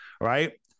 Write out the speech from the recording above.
right